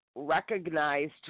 recognized